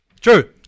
True